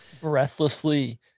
breathlessly